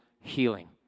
healing